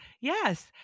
yes